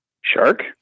Shark